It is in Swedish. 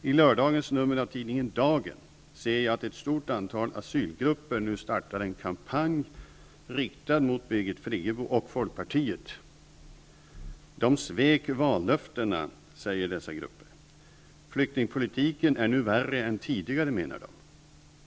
I lördagens nummer av tidningen Dagen ser jag att ett stort antal asylgrupper nu startar en kampanj riktad mot Birgit Friggebo och Folkpartiet. ''De svek vallöftena'', säger dessa grupper. Flyktingpolitiken är nu värre än tidigare, menar de.